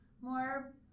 more